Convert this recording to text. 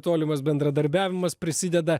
tolimas bendradarbiavimas prisideda